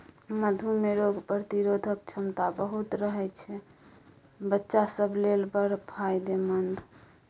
मधु मे रोग प्रतिरोधक क्षमता बहुत रहय छै बच्चा सब लेल बड़ फायदेमंद